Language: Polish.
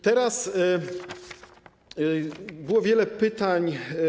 Teraz, było wiele pytań.